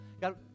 God